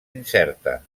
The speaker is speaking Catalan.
incerta